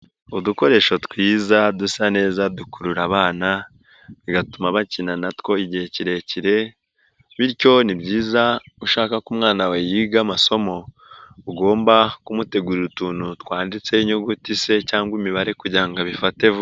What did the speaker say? Udukoresho twiza dusa neza dukurura abana bigatuma bakina natwo igihe kirekire bityo ni byiza ushaka ko umwana wawe yiga amasomo ugomba kumutegurira utuntu twanditseho inyuguti se cyangwa imibare kugira ngo abifate vuba.